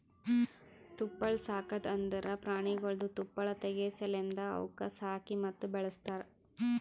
ತುಪ್ಪಳ ಸಾಕದ್ ಅಂದುರ್ ಪ್ರಾಣಿಗೊಳ್ದು ತುಪ್ಪಳ ತೆಗೆ ಸಲೆಂದ್ ಅವುಕ್ ಸಾಕಿ ಮತ್ತ ಬೆಳಸ್ತಾರ್